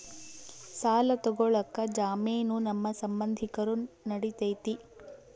ಸಾಲ ತೊಗೋಳಕ್ಕೆ ಜಾಮೇನು ನಮ್ಮ ಸಂಬಂಧಿಕರು ನಡಿತೈತಿ?